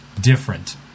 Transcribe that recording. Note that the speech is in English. different